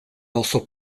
also